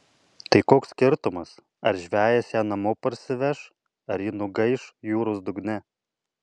tai koks skirtumas ar žvejas ją namo parsiveš ar ji nugaiš jūros dugne